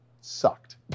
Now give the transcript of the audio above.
sucked